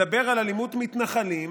מדבר על אלימות מתנחלים,